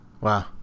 Wow